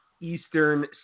Eastern